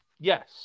yes